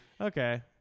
Okay